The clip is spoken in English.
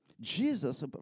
Jesus